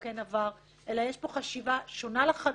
כן עבר אלא יש פה חשיבה שונה לחלוטין,